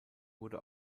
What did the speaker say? wurde